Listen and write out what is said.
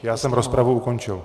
Já jsem rozpravu ukončil.